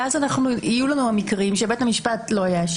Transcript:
ואז יהיו לנו המקרים שבית המשפט לא יאשר